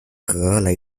格雷